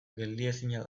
geldiezina